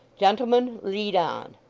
gentlemen, lead on